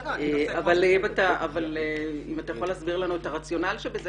אבל אם אתה יכול להסביר לנו את הרציונל שבזה